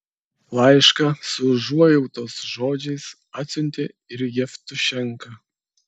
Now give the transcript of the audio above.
laišką su užuojautos žodžiais atsiuntė ir jevtušenka